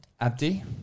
abdi